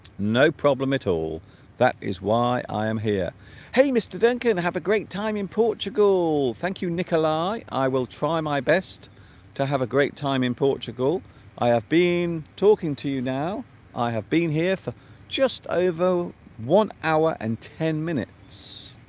no problem at all that is why i am here hey mr. duncan and have a great time in portugal thank you nikolai i will try my best to have a great time in portugal i have been talking to you now i have been here for just over one hour and ten minutes